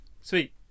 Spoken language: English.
sweet